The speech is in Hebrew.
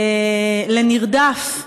לנרדף.